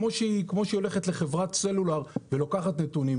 כמו שהיא הולכת לחברת סלולר ולוקחת נתונים,